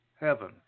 heaven